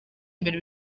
imbere